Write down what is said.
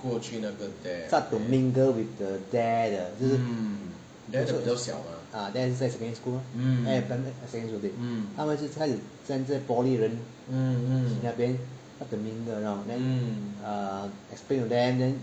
start to mingle with the dare 的就是 dare 是在 secondary school mah eh primary eh secondary school 对他们就开始 send 这些 poly 的人 then start to mingle around then err explain to them then